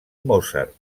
mozart